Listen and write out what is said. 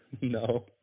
No